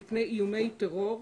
מפני איומי טרור,